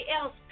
else